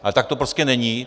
Ale tak to prostě není.